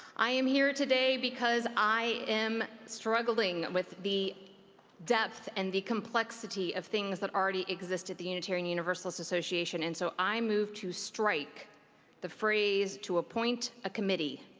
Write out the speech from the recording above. i am here today, because i am struggling with the depth and the complexity of things that already exist at the unitarian universalist association, and so i move to strike the phrase, to appointed a committee.